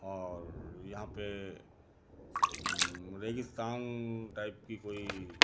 और यहाँ पे रेगिस्तान टाइप की कोई